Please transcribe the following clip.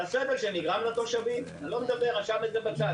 שם את זה בצד.